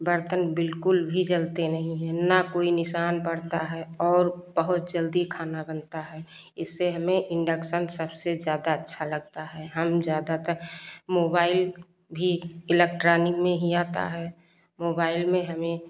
बर्तन बिल्कुल भी जलते नहीं हैं न कोई निशान पड़ता है और बहुत जल्दी खाना बनता है इससे हमें इंडक्शन सबसे ज़्यादा अच्छा लगता है हम ज़्यादातर मोबाइल भी इलेक्ट्रॉनिक में ही आता है मोबाइल में हमें